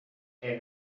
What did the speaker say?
der